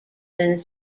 than